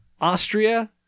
austria